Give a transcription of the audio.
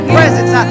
presence